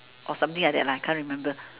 or something like that can't remember